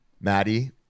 Maddie